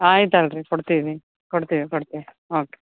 ಆಯ್ತು ಅಲ್ಲರಿ ಕೊಡ್ತೀವಿ ಕೊಡ್ತೀವಿ ಕೊಡ್ತೀವಿ ಓಕೆ